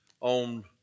on